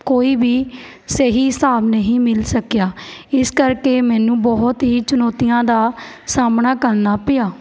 ਕੋਈ ਵੀ ਸਹੀ ਹਿਸਾਬ ਨਹੀਂ ਮਿਲ ਸਕਿਆ ਇਸ ਕਰਕੇ ਮੈਨੂੰ ਬਹੁਤ ਹੀ ਚੁਣੌਤੀਆਂ ਦਾ ਸਾਹਮਣਾ ਕਰਨਾ ਪਿਆ